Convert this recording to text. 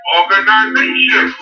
organization